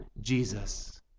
Jesus